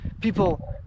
people